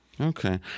Okay